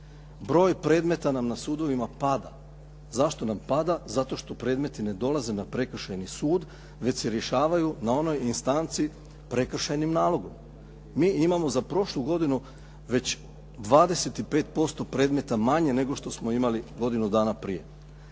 broj predmeta nam na sudovima pada. Zašto nam pada? Zato što predmeti ne dolaze na prekršajni sud, već se rješavaju na onoj instanci prekršajnim nalogom. Mi imamo za prošlu godinu već 25% predmeta manje nego što smo imali godinu dana prije.